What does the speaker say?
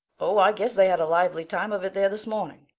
oh, i guess they had a lively time of it there this morning.